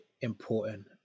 important